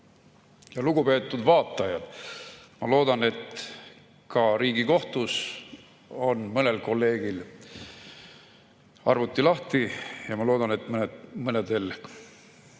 Lugupeetud vaatajad! Ma loodan, et ka Riigikohtus on mõnel kolleegil arvuti lahti, ja ma loodan, et mõnedel